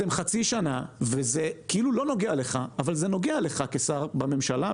אתם חצי שנה בממשלה וזה כאילו לא נוגע לך אבל זה נוגע לך כשר בממשלה,